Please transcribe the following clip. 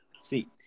See